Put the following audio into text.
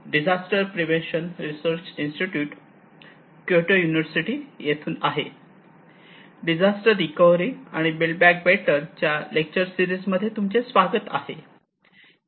disaster recovery आणि build back better च्या lecture series मध्ये तुमचे स्वागत आहे